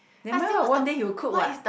never mind lah one day he will cook what